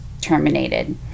terminated